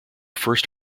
first